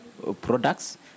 products